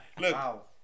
Look